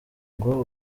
ngo